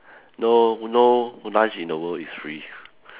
no no lunch in the world is free